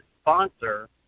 sponsor